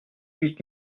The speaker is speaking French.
huit